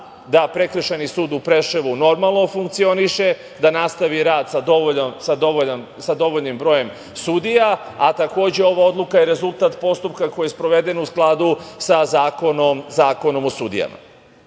da Prekršajni sud u Preševu normalno funkcioniše, da nastavi rad sa dovoljnim brojem sudija, a takođe ova odluka je rezultat postupka koji je sproveden u skladu sa Zakonom o sudijama. Treći